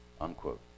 Unquote